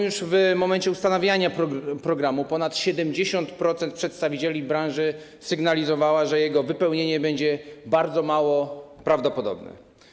Już w momencie ustanawiania tego programu ponad 70% przedstawicieli branży sygnalizowało, że jego zrealizowanie będzie bardzo mało prawdopodobne.